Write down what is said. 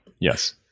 Yes